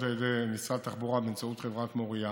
על ידי משרד התחבורה באמצעות חברת מוריה,